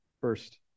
first